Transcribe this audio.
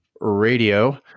Radio